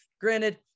Granted